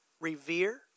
revere